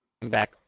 back –